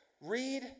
Read